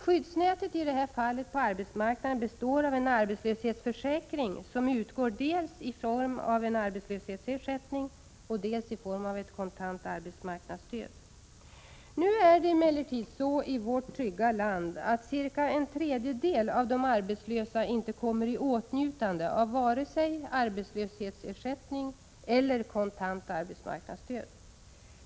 Skyddsnätet på arbetsmarknaden består av arbetslöshetsförsäkring som utgår i form av dels en arbetslöshetsersättning, dels ett kontant arbetsmarknadsstöd. Nu är det emellertid så i vårt trygga land, att cirka en tredjedel av de arbetslösa inte kommer i åtnjutande av vare sig arbetslöshetsersättning eller kontant arbetsmarknadsstöd.